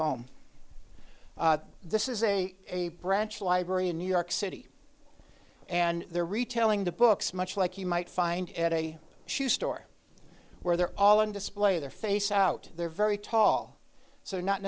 home this is a a branch library in new york city and they're retailing the books much like you might find at a shoe store where they're all on display their face out there very tall so not